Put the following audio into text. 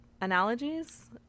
analogies